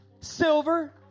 silver